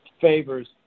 favors